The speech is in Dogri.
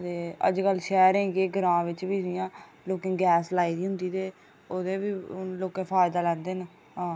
ते अज्ज कल्ल शैह्रें केह् ग्रांऽ बिच बी इयां लोकें गै लाई दी होंदी दे ओह्दे बी लोकें फायदा लैंदे न आं